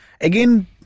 Again